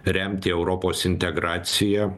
remti europos integraciją